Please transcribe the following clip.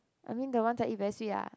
I mean the one that I eat very sweet lah